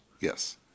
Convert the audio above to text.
yes